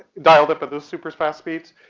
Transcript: dialed up at those super fast speeds?